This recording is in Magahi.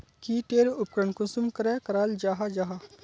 की टेर उपकरण कुंसम करे कराल जाहा जाहा?